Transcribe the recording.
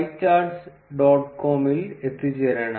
com ൽ എത്തിച്ചേരാനാകും